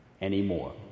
anymore